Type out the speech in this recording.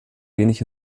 wenig